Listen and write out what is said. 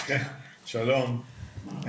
שלום,